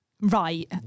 Right